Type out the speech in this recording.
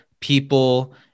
people